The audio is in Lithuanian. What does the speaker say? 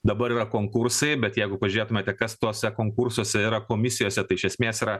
dabar yra konkursai bet jeigu pažiūrėtumėte kas tuose konkursuose yra komisijose tai iš esmės yra